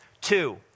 Two